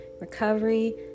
recovery